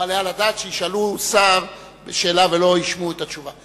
מעלה על הדעת שישאלו שר שאלה ולא ישמעו את התשובה.